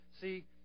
See